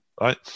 right